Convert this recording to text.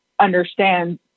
understand